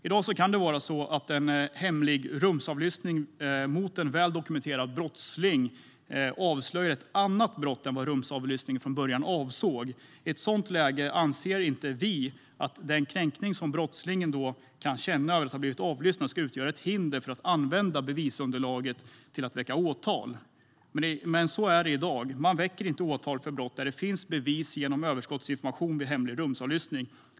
I dag kan det vara så att en hemlig rumsavlyssning mot en väldokumenterad brottsling avslöjar ett annat brott än vad rumsavlyssningen från början avsåg. I ett sådant läge anser inte vi att den kränkning som brottslingen kan känna över att ha blivit avlyssnad ska utgöra ett hinder för att använda bevisunderlaget till att väcka åtal. Men så är det i dag. Man väcker inte åtal för brott där det finns bevis genom överskottsinformation vid hemlig rumsavlyssning.